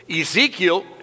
Ezekiel